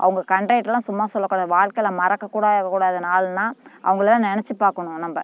அவங்க கண்டக்டர்லாம் சும்மா சொல்லக்கூடாது வாழ்க்கையில் மறக்கக்கூடாத கூடாத நாள்னா அவங்கள நெனைச்சி பார்க்கணும் நம்ம